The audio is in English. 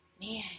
man